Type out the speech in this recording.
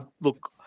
look